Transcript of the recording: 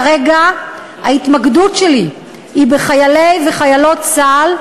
כרגע ההתמקדות שלי היא בחיילי וחיילות צה"ל,